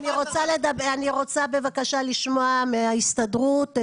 אני רוצה בבקשה לשמוע מההסתדרות,